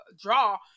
draw